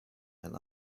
and